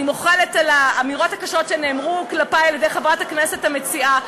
אני מוחלת על האמירות הקשות שנאמרו כלפי על-ידי חברת הכנסת המציעה,